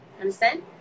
Understand